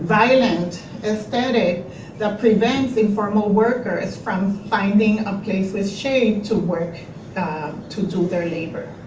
violent aesthetic that prevents informal workers from finding a place with shade to work to do their labor.